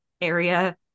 area